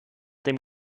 dem